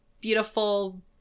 beautiful